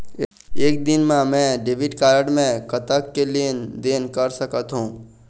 एक दिन मा मैं डेबिट कारड मे कतक के लेन देन कर सकत हो?